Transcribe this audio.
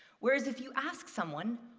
whereas if you ask someone,